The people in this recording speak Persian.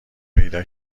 پیدا